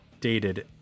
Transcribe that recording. dated